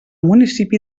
municipi